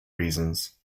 reasons